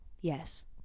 yes